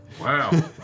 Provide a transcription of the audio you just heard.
Wow